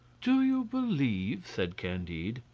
do you believe, said candide,